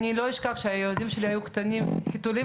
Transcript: אני לא אשכח שכשהילדים שלי היו קטנים חיתולים